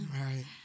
Right